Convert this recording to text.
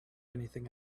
anything